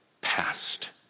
past